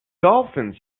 dolphins